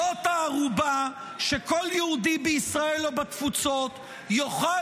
זאת הערובה שכל יהודי בישראל או בתפוצות יוכל